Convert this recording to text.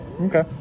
Okay